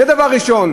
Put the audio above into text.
זה דבר ראשון,